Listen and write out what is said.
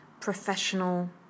professional